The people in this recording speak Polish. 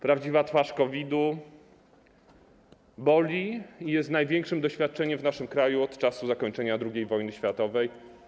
Prawdziwa twarz COVID-u boli i jest największym doświadczeniem w naszym kraju od czasu zakończenia II wojny światowej.